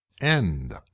End